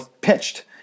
pitched